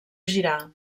girar